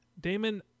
damon